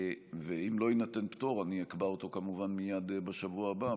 ואם לא יינתן פטור אני אקבע אותו כמובן מייד בשבוע הבא,